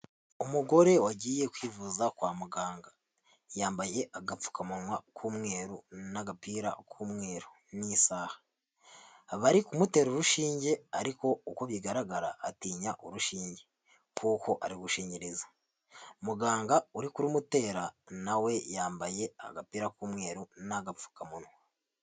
Umugore wagiye kwivuza kwa muganga, yambaye agapfukamunwa k'umweru n'agapira k'umweru n'isaha, bari kumutera urushinge ariko uko bigaragara atinya urushinge kuko ari gushinyiriza, muganga uri kurumutera na we yambaye agapira k'umweru n'agapfukamunwa.